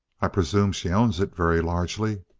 i presume she owns it, very largely.